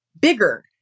bigger